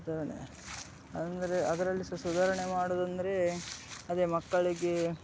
ಸುಧಾರಣೆ ಅಂದರೆ ಅದರಲ್ಲಿ ಸಹ ಸುಧಾರಣೆ ಮಾಡೋದೆಂದ್ರೆ ಅದೇ ಮಕ್ಕಳಿಗೆ